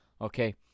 Okay